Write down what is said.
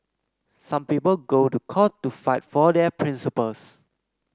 some people go to court to fight for their principles